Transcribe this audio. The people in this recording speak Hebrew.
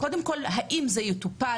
האם זה יטופל?